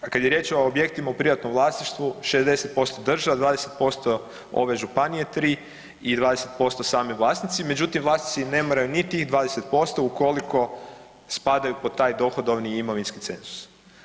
A kad je riječ objektima u privatnom vlasništvu, 60% država, 20% ove županije 3 i 20% sami vlasnici, međutim, vlasnici nemaju ni tih 20% ukoliko spadaju pod taj dohodovni imovinski cenzus.